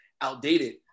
outdated